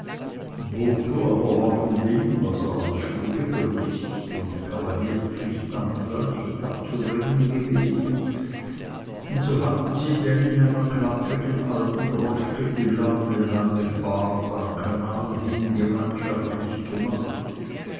war von dem was er als schuldige rücksicht und kavalierspflicht ansah nicht abzubringen gewesen und so hatten sie denn in einer klapprigen alten droschke die lange lange fahrt am kanal hin gemeinschaftlich gemacht